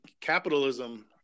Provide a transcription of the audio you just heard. capitalism